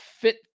fit